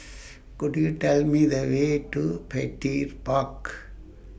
Could YOU Tell Me The Way to Petir Park